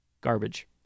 Garbage